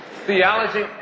Theology